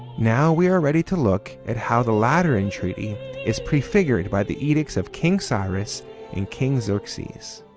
now, we are ready to look at how the lateran treaty is prefigured by the edicts of king cyrus and king xerxes